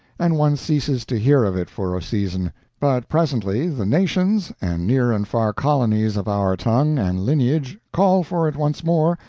and one ceases to hear of it for a season but presently the nations and near and far colonies of our tongue and lineage call for it once more,